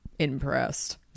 impressed